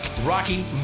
Rocky